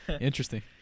Interesting